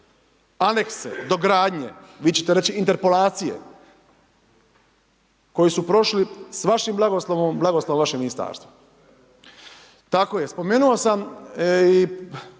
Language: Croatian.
anekse dogradnje, vi ćete reći interpolacije, koji su prošli s vašim blagoslovom, blagoslovom vašeg Ministarstva. Tako je. Spomenuo sam i